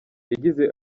yagize